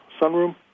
sunroom